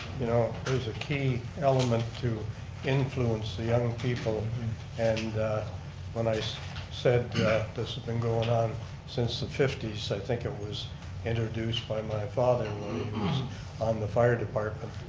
you know, there is a key element to influencing young people and when i said this has been going on since the fifty s, i think it was introduced by my father on the fire department,